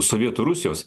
sovietų rusijos